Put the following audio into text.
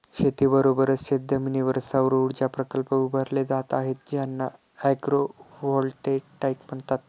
शेतीबरोबरच शेतजमिनीवर सौरऊर्जा प्रकल्प उभारले जात आहेत ज्यांना ॲग्रोव्होल्टेईक म्हणतात